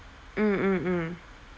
mm mm mm